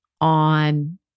on